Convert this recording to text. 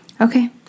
Okay